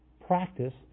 practice